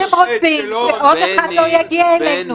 אנחנו לא מבינים.